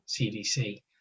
cdc